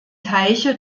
teiche